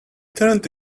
turned